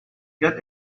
got